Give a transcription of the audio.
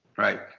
right?